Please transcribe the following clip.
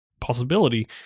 possibility